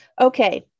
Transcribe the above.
Okay